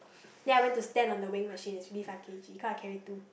then I went to stand on the weighing machine it's only five K_G cause I carry two